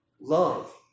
love